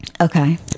Okay